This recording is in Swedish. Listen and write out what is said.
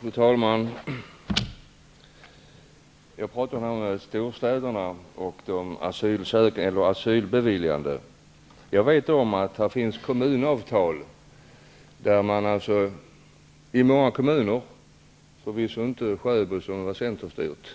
Fru talman! Jag talar om storstäderna och de asylbeviljade. Jag vet om att det finns kommunavtal, genom vilka man i många kommuner -- förvisso inte i Sjöbo, som var centerstyrt